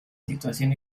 situación